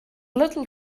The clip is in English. little